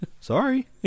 Sorry